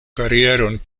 karieron